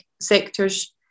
sectors